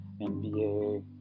NBA